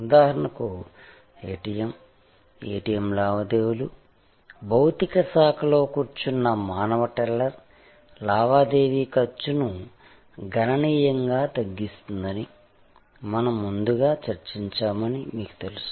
ఉదాహరణకు ATM ATM లావాదేవీలు భౌతిక శాఖలో కూర్చున్న మానవ టెల్లర్ లావాదేవీ ఖర్చును గణనీయంగా తగ్గిస్తుందని మనముందుగా చర్చించామని మీకు తెలుసు